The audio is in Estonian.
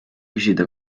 küsida